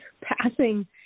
passing